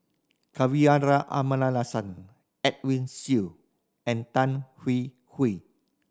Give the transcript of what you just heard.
Kavignareru Amallathasan Edwin Siew and Tan Hwee Hwee